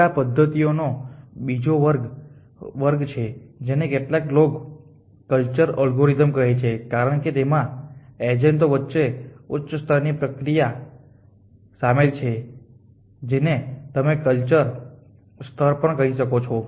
હવે પદ્ધતિઓનો બીજો વર્ગ છે જેને કેટલાક લોકો કલ્ચરલ એલ્ગોરિધમ્સ કહે છે કારણ કે તેમાં એજન્ટો વચ્ચે ઉચ્ચ સ્તરની ક્રિયા પ્રતિક્રિયા શામેલ છે જેને તમે કલ્ચરલ સ્તર કહી શકો છો